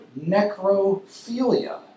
necrophilia